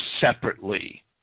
separately